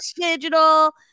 digital